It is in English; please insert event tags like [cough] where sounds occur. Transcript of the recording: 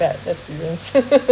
bad experience [laughs]